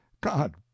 God